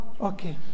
Okay